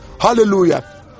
Hallelujah